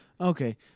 Okay